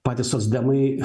patys socdemai